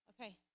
Okay